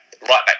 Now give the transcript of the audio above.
right-back